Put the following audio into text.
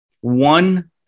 one